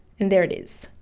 and there it is.